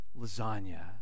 lasagna